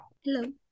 hello